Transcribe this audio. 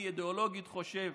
אידאולוגית, אני חושב